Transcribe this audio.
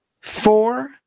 four